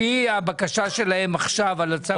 לפי הבקשה שלהם עכשיו בצו הזה.